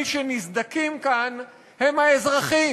מי שנסדקים כאן הם האזרחים,